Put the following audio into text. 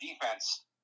defense